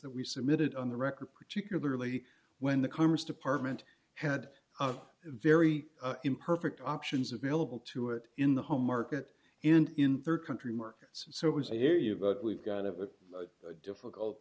that we submitted on the record particularly when the commerce department had a very imperfect options available to it in the home market in their country markets and so was i hear you but we've got have a difficult